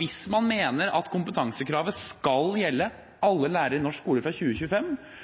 Hvis man mener at kompetansekravet skal gjelde alle lærere i norsk skole fra 2025,